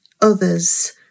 others